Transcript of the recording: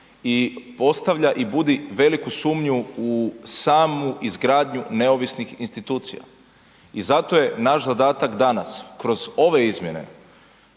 i postavlja i budi veliku sumnju u samu izgradnju neovisnih institucija i zato je naš zadatak danas kroz ove izmjene,